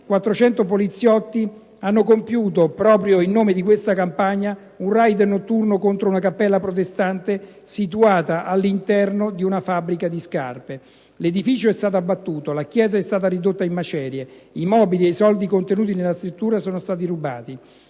400 poliziotti hanno compiuto, proprio in nome di questa campagna, un raid notturno contro una cappella protestante situata all'interno di una fabbrica di scarpe. L'edificio è stato abbattuto, la chiesa è stata ridotta in macerie, i mobili e i soldi contenuti nella struttura sono stati rubati,